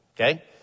Okay